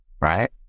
right